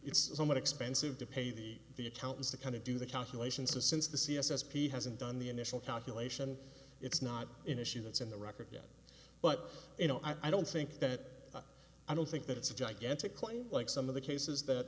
it's somewhat expensive to pay the the accountants to kind of do the calculations to since the c s s p hasn't done the initial calculation it's not in issuance in the record yet but you know i don't think that i don't think that it's a gigantic claim like some of the cases that